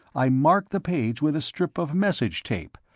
i marked the page with a strip of message tape,